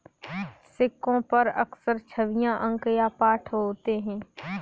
सिक्कों पर अक्सर छवियां अंक या पाठ होते हैं